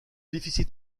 déficit